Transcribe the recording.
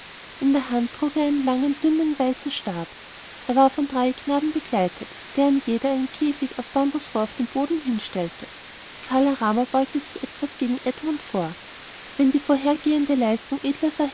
in der hand trug er einen langen dünnen weißen stab er war von drei knaben begleitet deren jeder einen käfig aus bambusrohr auf den boden hinstellte kala rama beugte sich etwas gegen edmund vor wenn die vorhergehende leistung